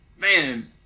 man